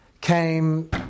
Came